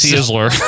Sizzler